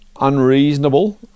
unreasonable